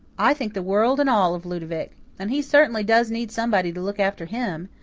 i think the world and all of ludovic. and he certainly does need somebody to look after him.